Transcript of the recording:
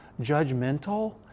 judgmental